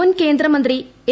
മുൻ കേന്ദ്ര മന്ത്രി എ